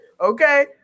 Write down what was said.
Okay